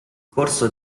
corso